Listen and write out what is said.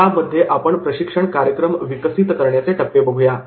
यामध्ये आपण प्रशिक्षण कार्यक्रम विकसित करण्याचे टप्पे बघूया